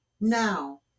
Now